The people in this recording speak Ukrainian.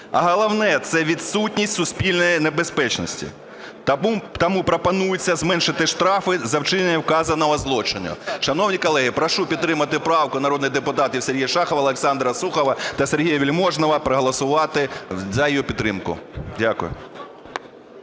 а головне – це відсутність суспільної небезпечності. Тому пропонується зменшити штрафи за вчинення вказаного злочину. Шановні колеги, прошу підтримати правку народних депутатів Сергія Шахова, Олександра Сухова та Сергія Вельможного, проголосувати за її підтримку. Дякую.